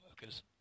workers